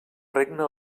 regna